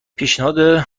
پیشنهاد